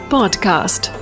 Podcast